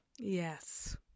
Yes